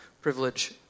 privilege